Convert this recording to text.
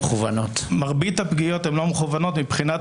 מרבית הפגיעות הן לא מכוונות מבחינת